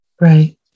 Right